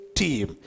team